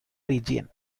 region